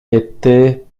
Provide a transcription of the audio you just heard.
était